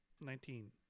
nineteen